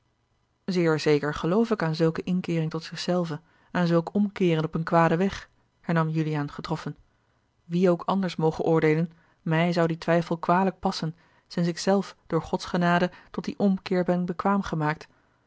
zeer zeker geloof ik aan zulke inkeering tot zich zelven aan zulk omkeeren op een kwaden weg hernam juliaan getroffen wie ook anders moge oordeelen mij zou die twijfel kwalijk passen sinds ik zelf door gods genade tot dien omkeer ben bekwaam gemaakt